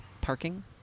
parking